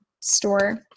store